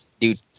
dude